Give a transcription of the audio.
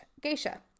geisha